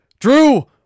Drew